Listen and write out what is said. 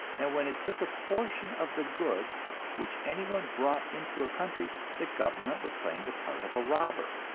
and when it took a portion of the goods which anyone brought into a country, the government was playing the part of a robber.